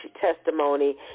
testimony